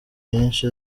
myinshi